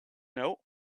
note